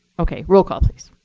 ok, roll call please.